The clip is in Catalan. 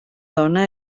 dona